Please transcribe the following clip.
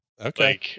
Okay